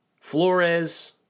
Flores